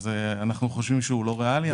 אנחנו חושבים שהוא לא ריאלי.